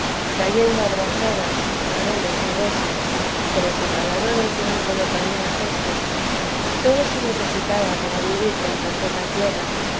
trayendo a brazadas los claveles y rosas que los embaladores iban colocando en cestos todo se necesitaba para vivir con tan poca tierra